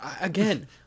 again